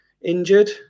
injured